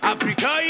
Africa